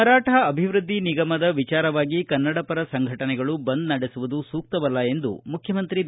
ಮರಾಠ ಅಭಿವೃದ್ಧಿ ನಿಗಮದ ವಿಚಾರವಾಗಿ ಕನ್ನಡಪರ ಸಂಘಟನೆಗಳು ಬಂದ್ ನಡೆಸುವುದು ಸೂಕ್ತವಲ್ಲ ಎಂದು ಮುಖ್ಯಮಂತ್ರಿ ಬಿ